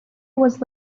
was